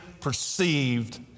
perceived